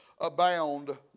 abound